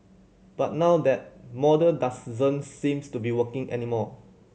but now that model seems to be working anymore